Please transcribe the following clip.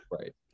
right